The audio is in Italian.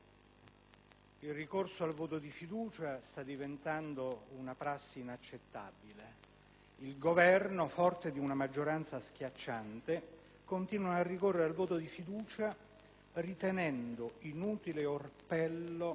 il ricorso al voto di fiducia sta diventando una prassi inaccettabile. Il Governo, forte di una maggioranza schiacciante, continua a ricorrere al voto di fiducia ritenendo inutile orpello